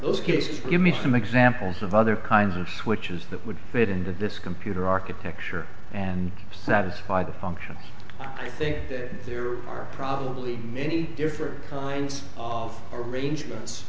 those cases give me some examples of other kinds and switches that would fit into this computer architecture and satisfy the function i think that there are probably many different kinds of arrangements